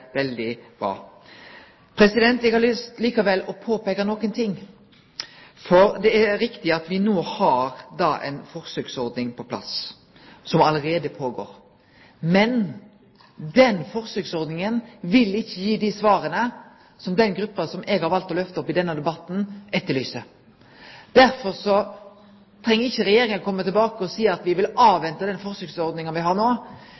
veldig bra. Eg har likevel lyst til å peike på noko, for det er riktig at me no har ei forsøksordning – som allereie er i gang – på plass. Men den forsøksordninga vil ikkje gi dei svara som den gruppa eg har valt å lyfte i denne debatten, etterlyser. Derfor treng ikkje Regjeringa kome tilbake og seie at dei vil avvente den forsøksordninga me har no,